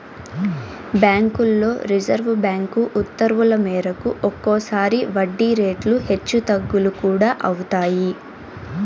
బ్యాంకుల్లో reserve bank ఉత్తర్వుల మేరకు ఒక్కోసారి వడ్డీ రేట్లు హెచ్చు తగ్గులు కూడా అవుతాయి